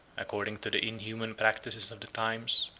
according to the inhuman practice of the times,